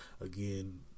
again